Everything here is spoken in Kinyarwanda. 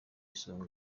isonga